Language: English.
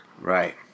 Right